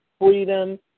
freedom